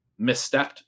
misstepped